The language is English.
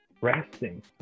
resting